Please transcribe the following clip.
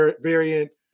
variant